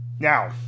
Now